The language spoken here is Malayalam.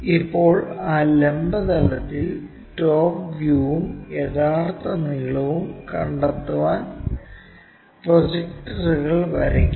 ഇപ്പോൾ ആ ലംബ തലത്തിൽ ടോപ് വ്യൂയും യഥാർത്ഥ നീളവും കണ്ടെത്താൻ പ്രൊജക്ടറുകൾ വരയ്ക്കുക